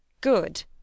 Good